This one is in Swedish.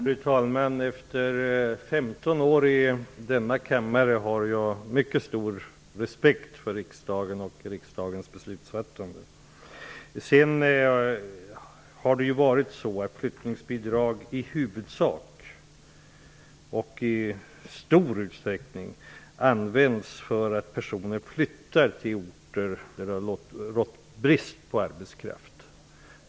Fru talman! Efter 15 år i denna kammare har jag en mycket stor respekt för riksdagen och dess beslutsfattande. Flyttningsbidrag har i huvudsak och i stor utsträckning använts för personer som flyttar till orter där det har rått brist på arbetskraft.